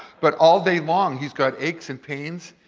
but all day long, he's got aches and pains.